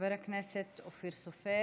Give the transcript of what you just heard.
חבר הכנסת אופיר סופר,